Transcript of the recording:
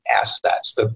assets